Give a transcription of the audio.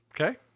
okay